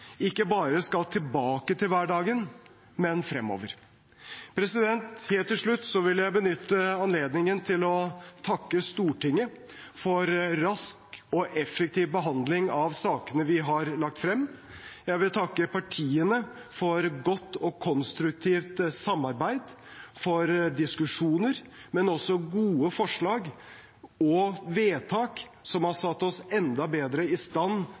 ikke bare skal tilbake til hverdagen, men fremover. Helt til slutt vil jeg benytte anledningen til å takke Stortinget for rask og effektiv behandling av sakene vi har lagt frem. Jeg vil takke partiene for godt og konstruktivt samarbeid, for diskusjoner, men også gode forslag og vedtak, som har satt oss enda bedre i stand